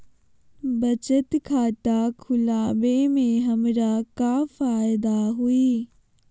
बचत खाता खुला वे में हमरा का फायदा हुई?